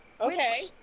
Okay